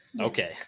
okay